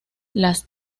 las